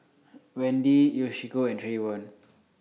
Wendy Yoshiko and Trayvon